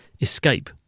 escape